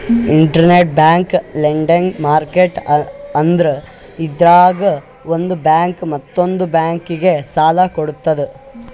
interbank lending market ಅಂದ್ರ ಇದ್ರಾಗ್ ಒಂದ್ ಬ್ಯಾಂಕ್ ಮತ್ತೊಂದ್ ಬ್ಯಾಂಕಿಗ್ ಸಾಲ ಕೊಡ್ತದ್